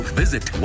visit